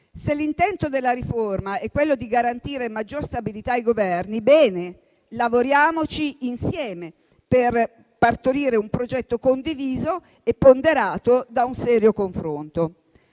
Se l'intento della riforma è quello di garantire maggior stabilità ai Governi, bene, lavoriamoci insieme per partorire un progetto condiviso e ponderato da un serio confronto.